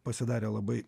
pasidarė labai